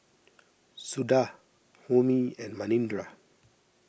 Suda Homi and Manindra